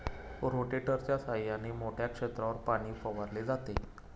रोटेटरच्या सहाय्याने मोठ्या क्षेत्रावर पाणी फवारले जाते